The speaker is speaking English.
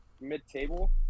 mid-table